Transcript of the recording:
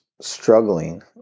struggling